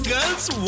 girl's